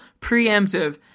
preemptive